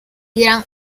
gran